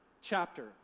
chapter